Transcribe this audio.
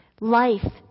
life